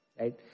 right